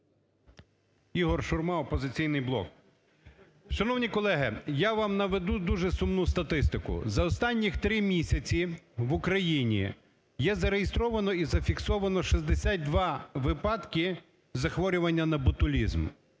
Ігор Шурма, "Опозиційний блок". Шановні колеги, я вам наведу дуже сумну статистику. За останніх три місяці в Україні є зареєстровано і зафіксовано 62 випадки захворювання на ботулізм.